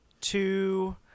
two